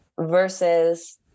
versus